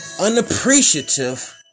unappreciative